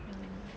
how many